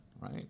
right